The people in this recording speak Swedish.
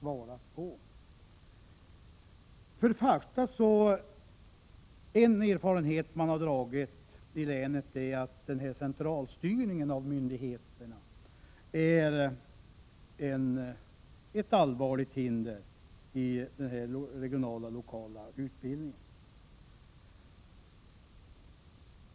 För det första: En erfarenhet som har dragits i länet är att centralstyrningen av myndigheterna är ett allvarligt hinder för den regionala och lokala utbildningen.